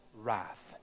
wrath